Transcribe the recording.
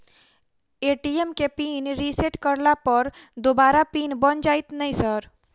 ATM केँ pin reset करला पर दोबारा पिन बन जाइत नै सर?